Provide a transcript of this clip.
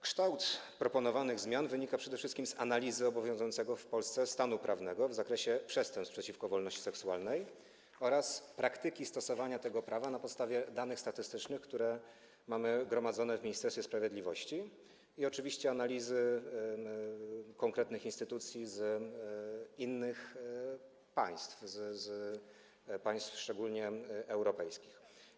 Kształt proponowanych zmian wynika przede wszystkim z analizy obowiązującego w Polsce stanu prawnego w zakresie przestępstw przeciwko wolności seksualnej oraz praktyki stosowania tego prawa na podstawie danych statystycznych, które mamy gromadzone w Ministerstwie Sprawiedliwości, i oczywiście z analizy odnoszącej się do konkretnych instytucji z innych państw, szczególnie europejskich.